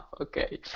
okay